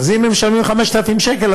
אז אם הם משלמים 5,000 שקלים,